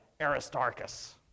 Aristarchus